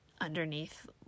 underneath